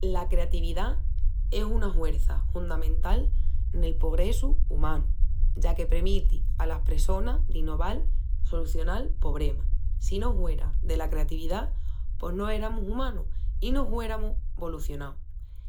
La creatividá es una huerça hundamental nel pogressu umanu, ya que premiti a las pressonas d'inoval, solucional pobremas. Si no huera dela creatividá pos no eramus umanus i no hueramus volucionau.